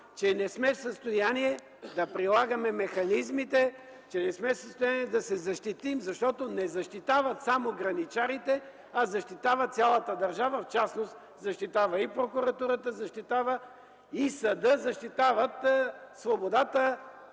че не сме в състояние да прилагаме механизмите, че не сме в състояние да се защитим, защото не защитават само граничарите, а защитава цялата държава, в частност защитава и прокуратурата, защитава и съда, защитава свободата,